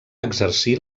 exercir